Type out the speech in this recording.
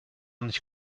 nicht